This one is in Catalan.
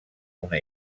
una